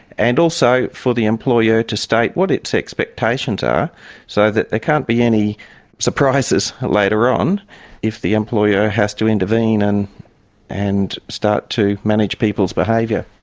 and also for the employer to state what its expectations are so that there can't be any surprises later on if the employer has to intervene and and start to manage people's behaviour.